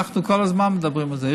אנחנו כל הזמן מדברים על זה.